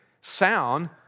sound